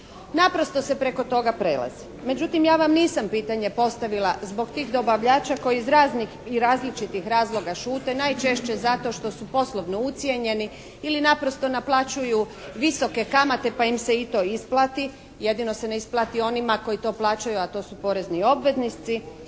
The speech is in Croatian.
Naprosto se preko toga prelazi. Međutim, ja vam nisam pitanje postavila zbog tih dobavljača koji iz raznih i različitih razloga šute najčešće zato što su poslovno ucijenjeni ili naprosto naplaćuju visoke kamate pa im se i to isplati, jedino se ne isplati onima koji to plaćaju a to su porezni obveznici.